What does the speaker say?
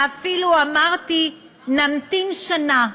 אפילו אמרתי שנמתין שנה,